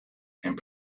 and